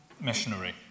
missionary